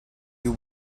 you